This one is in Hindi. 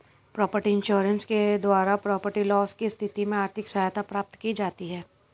प्रॉपर्टी इंश्योरेंस के द्वारा प्रॉपर्टी लॉस की स्थिति में आर्थिक सहायता प्राप्त की जाती है